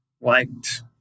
liked